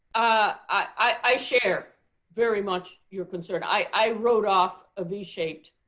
ah i share very much your concern. i wrote off a v-shaped